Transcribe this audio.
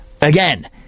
again